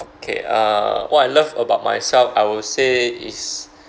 okay uh what I love about myself I would say is